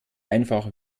einfach